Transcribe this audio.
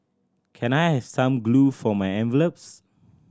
can I have some glue for my envelopes